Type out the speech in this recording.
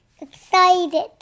excited